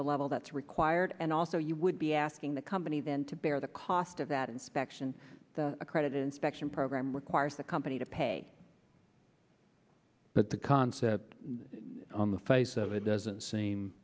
the level that's required and also you would be asking the company then to bear the cost of that inspection a credit inspection program requires the company to pay but the concept on the face of it doesn't seem